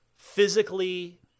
physically